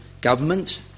government